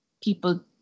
people